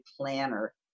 planner